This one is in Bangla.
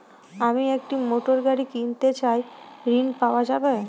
আমি একটি মোটরগাড়ি কিনতে চাই ঝণ পাওয়া যাবে?